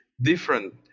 different